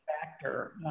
factor